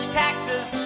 taxes